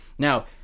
Now